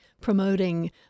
promoting